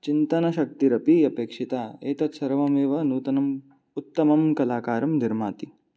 चिन्तनशक्तिरपि अपेक्षिता एतत् सर्वमेव नूतनम् उत्तमं कलाकारं निर्माति